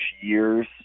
years